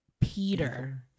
Peter